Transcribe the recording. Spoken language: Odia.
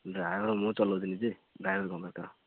ଡ୍ରାଇଭର୍ ମୁଁ ଚଲଉଛି ନିଜେ ଡ୍ରାଇଭର୍ କଣ ଦରକାର